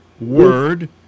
word